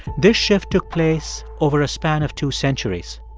this shift took place over a span of two centuries.